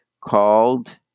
called